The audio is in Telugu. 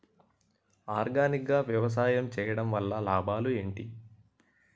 ఆర్గానిక్ గా వ్యవసాయం చేయడం వల్ల లాభాలు ఏంటి?